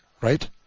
right